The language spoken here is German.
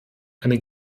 eine